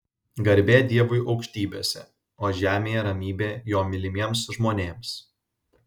garbė dievui aukštybėse o žemėje ramybė jo mylimiems žmonėms